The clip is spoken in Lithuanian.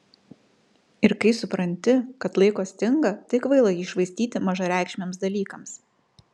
ir kai supranti kad laiko stinga tai kvaila jį švaistyti mažareikšmiams dalykams